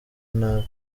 nabi